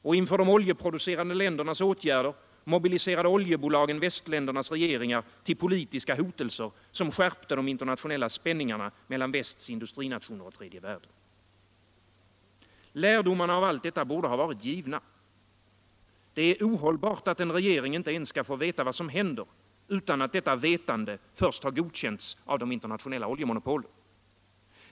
Och inför de oljeproducerande ländernas åtgärder mobiliserade oljebolagen västländernas regeringar till politiska hotelser, som skärpte de internationella spänningarna mellan västs industrinationer och tredje världen. Lärdomarna av allt detta borde ha varit givna. Det är ohållbart att en regering inte skall få veta vad som händer utan att detta vetande först har godkänts av de internationella oljemonopolen.